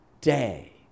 day